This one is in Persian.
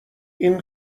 این